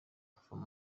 kuva